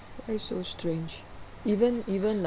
why so strange even even like